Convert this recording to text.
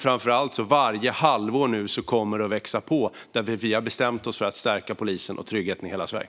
Framför allt kommer antalet att växa varje halvår, för vi har bestämt oss för att stärka polisen och tryggheten i hela Sverige.